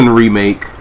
remake